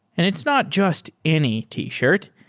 and it's not just any t-shirt.